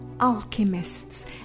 alchemists